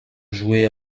joué